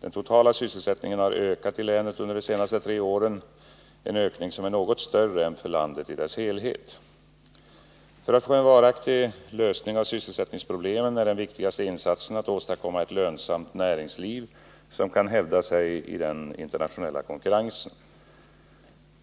Den totala sysselsättningen har ökat i länet under de tre senaste åren — en ökning som är något större än för landet i dess helhet. För att få en varaktig lösning av sysselsättningsproblemen är den viktigaste insatsen att åstadkomma ett lönsamt näringsliv som kan hävda sig i den internationella konkurrensen.